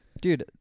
Dude